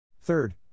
Third